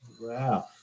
Wow